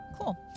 cool